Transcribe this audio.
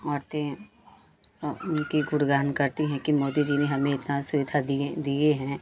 औरतें उनके गुणगान करती हैं कि मोदी जी ने हमें इतना सुविधा दिए दिए हैं